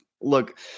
Look